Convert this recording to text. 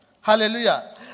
Hallelujah